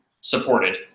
supported